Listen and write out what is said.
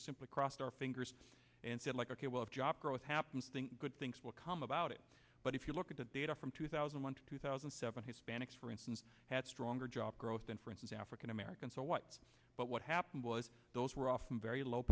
just simply crossed our fingers and said like ok well job growth happens think good things will calm about it but if you look at the data from two thousand and one to two thousand and seven hispanics for instance had stronger job growth than for instance african americans or what but what happened was those were often very low